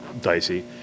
dicey